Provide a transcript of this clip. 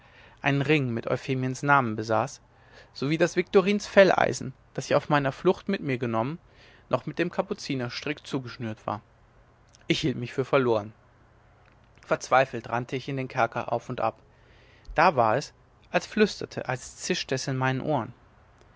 einen ring mit euphemiens namen besaß sowie daß viktorins felleisen das ich auf meiner flucht mit mir genommen noch mit dem kapuzinerstrick zugeschnürt war ich hielt mich für verloren verzweifelnd rannte ich den kerker auf und ab da war es als flüsterte als zischte es mir in die ohren